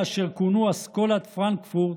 אקדמיה, אשר כונו "אסכולת פרנקפורט",